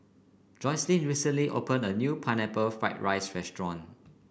Jocelyne recently opened a new Pineapple Fried Rice restaurant